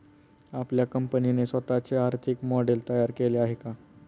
आपल्या कंपनीने स्वतःचे आर्थिक मॉडेल तयार केले आहे का?